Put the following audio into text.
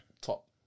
top